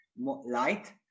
light